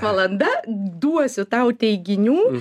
valanda duosiu tau teiginių